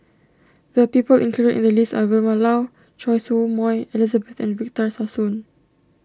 the people included in the list are Vilma Laus Choy Su Moi Elizabeth and Victor Sassoon